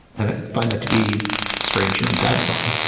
and i find that to be strange and unsatisfying